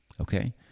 Okay